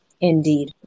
Indeed